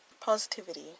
positivity